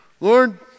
Lord